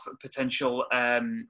potential